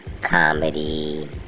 comedy